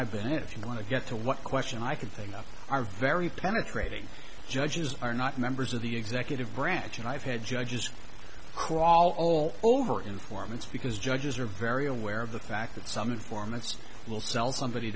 i've been in if you want to get to what question i could think of are very penetrating judges are not members of the executive branch and i've had judges from all over informants because judges are very aware of the fact that some informants will sell somebody